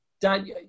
Dan